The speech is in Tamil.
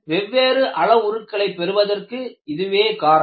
வெவ்வேறு அளவுருக்களை பெறுவதற்கு இதுவே காரணம்